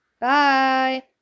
Bye